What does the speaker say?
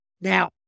now